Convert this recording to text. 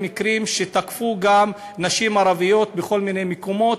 על מקרים שתקפו גם נשים ערביות בכל מיני מקומות,